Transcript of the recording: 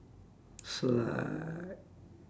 so